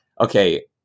Okay